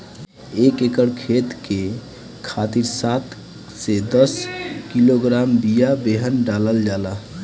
एक एकर खेत के खातिर सात से दस किलोग्राम बिया बेहन डालल जाला?